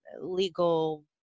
legal